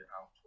out